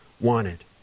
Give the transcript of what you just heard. wanted